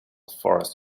forest